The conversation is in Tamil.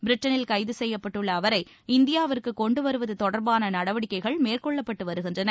பிரிட்டனில் கைது செய்யப்பட்டுள்ள அவரை இந்தியாவிற்கு கொண்டு வருவது தொடர்பாள நடவடிக்கைகள் மேற்கொள்ளப்பட்டு வருகின்றன